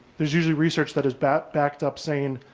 there's usually research that is backed backed up saying,